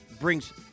brings